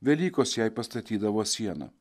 velykos jei pastatydavo sieną